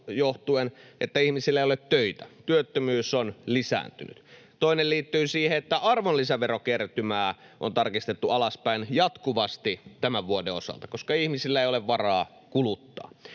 johtuen, että ihmisillä ei ole töitä, työttömyys on lisääntynyt. Toinen liittyy siihen, että arvonlisäverokertymää on tarkistettu alaspäin jatkuvasti tämän vuoden osalta, koska ihmisillä ei ole varaa kuluttaa.